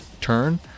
turn